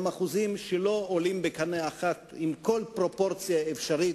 באחוזים שלא עולים בקנה אחד עם כל פרופורציה אפשרית,